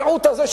המיעוט הזה,